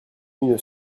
une